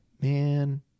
man